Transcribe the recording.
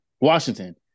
Washington